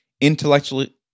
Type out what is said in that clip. intellectually